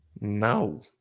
No